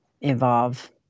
evolve